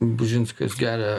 bužinskis geria